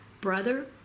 brother